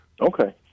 Okay